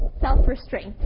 self-restraint